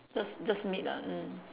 just just meat lah mm